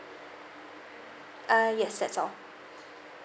uh yes that's all